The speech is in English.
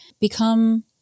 become